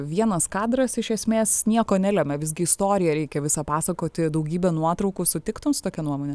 vienas kadras iš esmės nieko nelemia visgi istoriją reikia visą pasakoti daugybę nuotraukų sutiktum su tokia nuomone